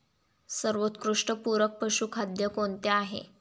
सर्वोत्कृष्ट पूरक पशुखाद्य कोणते आहे?